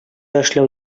эшләү